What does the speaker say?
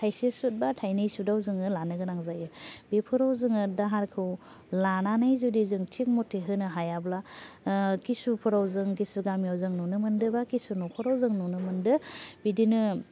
थाइसे सुद बा थायनै सुदाव जोङो लानो गोनां जायो बेफोराव जोङो दाहारखौ लानानै जुदि जों थिग मथे होनो हायाब्ला खिसुफोराव जों खिसु गामिआव जों नुनो मोनदो बा खिसु न'खराव जों नुनो मोनदो बिदिनो